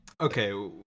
Okay